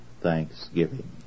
thanksgiving